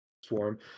swarm